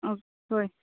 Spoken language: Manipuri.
ꯑꯥ ꯍꯣꯏ